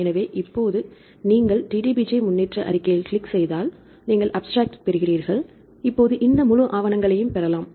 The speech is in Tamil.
எனவே இப்போது நீங்கள் DDBJ முன்னேற்ற அறிக்கையில் கிளிக் செய்தால் நீங்கள் அப்ஸ்ட்ராக்ட்ஐப் பெறுகிறீர்கள் இங்கே இந்த முழு ஆவணங்களையும் பெறலாம்